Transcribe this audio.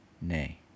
Nay